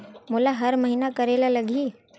मोला हर महीना करे ल लगही?